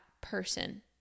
person